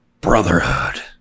brotherhood